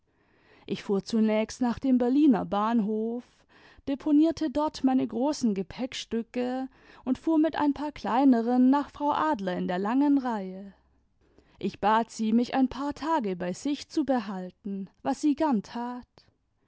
ich fuhr zunächst nach dem berliner bahnhof deponierte dort meine großen gepäckstücke und fuhr mit ein paar kleineren nach frau adler in der langenreihe ich bat sie mich ein paar tage bei sich zu behalten was sie gern tat